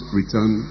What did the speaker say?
return